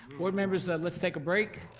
board members, let's take a break.